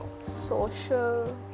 social